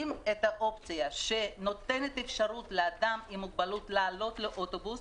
את האופציה שנותנת את האפשרות לאדם עם מוגבלות לעלות לאוטובוס,